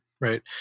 right